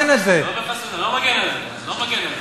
אני רואה אותך מפה, אתה נקרע מבפנים.